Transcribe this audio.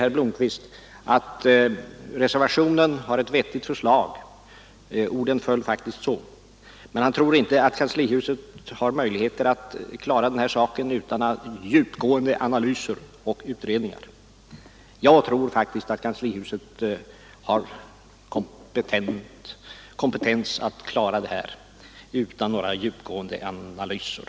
Herr Blomkvist säger att reservationen har ett vettigt förslag — orden föll faktiskt så — men han tror inte att kanslihuset har möjlighet att klara den här saken utan djupgående analyser och utredningar. Jag tror faktiskt att kanslihuset har kompetens att klara det här utan djupgående analyser.